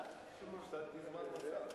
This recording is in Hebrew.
תודה.